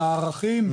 על הערכים,